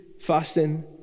fasting